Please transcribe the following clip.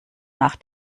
nach